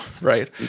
Right